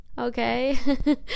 okay